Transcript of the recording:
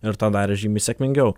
ir tą darė žymiai sėkmingiau